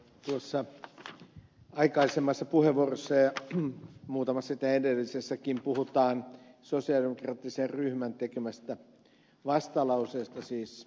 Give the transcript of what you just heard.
tuossa aikaisemmassa puheenvuorossa ja muutamassa sitä edellisessäkin puhutaan sosiaalidemokraattisen valiokuntaryhmän tekemästä vastalauseesta